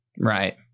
Right